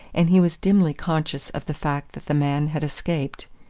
and he was dimly conscious of the fact that the man had escaped.